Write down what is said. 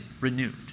renewed